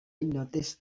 noticed